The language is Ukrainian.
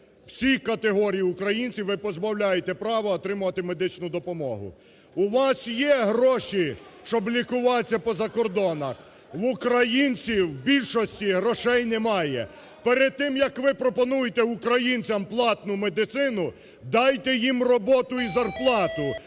всі категорії українців ви позбавляєте права отримувати медичну допомогу. У вас є гроші, щоб лікуватися поза кордонах, – в українців в більшості грошей немає. Перед тим, як ви пропонуєте українцям платну медицину, дайте їм роботу і зарплату,